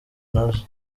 nazo